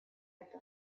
это